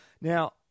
Now